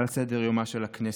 ועל סדר יומה של הכנסת.